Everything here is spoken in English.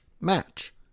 match